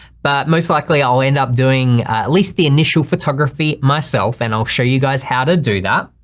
but most likely i'll end up doing at least the initial photography myself, and i'll show you guys how to do that.